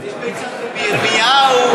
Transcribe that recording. יש ביצת רבי ירמיהו.